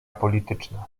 polityczna